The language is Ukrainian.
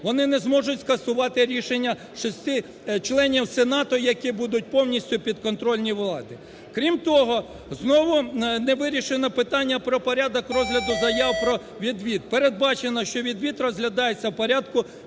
вони не зможуть скасувати рішення 6 членів сенату, які будуть повністю підконтрольні владі. Крім того, знову не вирішене питання про порядок розгляду заяв про відвід, передбачено, що відвід розглядається в порядку